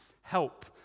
help